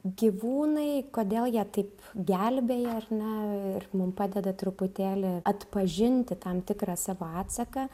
gyvūnai kodėl jie taip gelbėja ar ne ir mum padeda truputėlį atpažinti tam tikrą savo atsaką